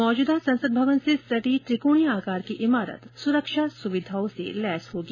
मौजूदा संसद भवन से सटी त्रिकोणीय आकार की इमारत सुरक्षा सुविधाओं से युक्त होगी